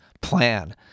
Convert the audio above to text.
plan